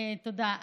תודה.